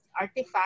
artifact